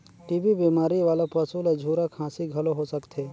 TB बेमारी वाला पसू ल झूरा खांसी घलो हो सकथे